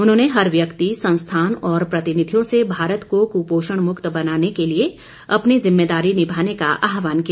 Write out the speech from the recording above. उन्होंने हर व्यक्ति संस्थान और प्रतिनिधियों से भारत को कुपोषण मुक्त बनाने के लिए अपनी जिम्मेदारी निभाने का आहवान किया